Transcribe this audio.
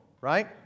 Right